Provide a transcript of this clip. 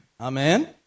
Amen